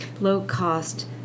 low-cost